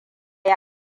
yi